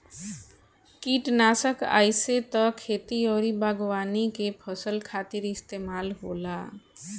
किटनासक आइसे त खेती अउरी बागवानी के फसल खातिर इस्तेमाल होला